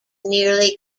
nearly